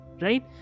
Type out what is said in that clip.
right